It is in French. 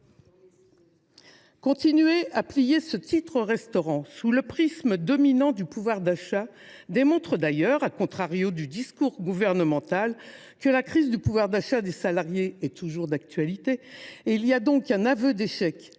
la perspective du titre restaurant au prisme dominant du pouvoir d’achat démontre d’ailleurs, à contre courant du discours gouvernemental, que la crise du pouvoir d’achat des salariés est toujours d’actualité ; il y a donc un aveu d’échec